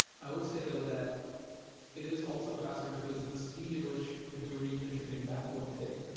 i will say though that it is also faster because the speed in which if we were even shipping backbone today,